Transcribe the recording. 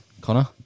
Connor